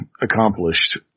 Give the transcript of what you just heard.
accomplished